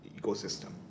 ecosystem